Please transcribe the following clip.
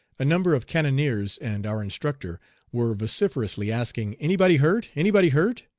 a number of cannoneers and our instructor were vociferously asking, anybody hurt? anybody hurt?